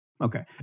Okay